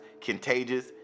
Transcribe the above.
Contagious